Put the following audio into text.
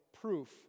Proof